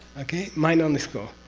okay? mind-only school.